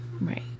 Right